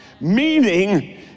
meaning